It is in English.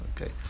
okay